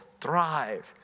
thrive